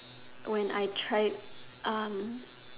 when I tried um